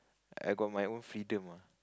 I got my own freedom ah